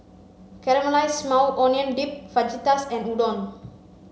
Caramelized Maui Onion Dip Fajitas and Udon